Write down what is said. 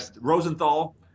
Rosenthal